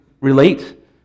relate